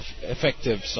effective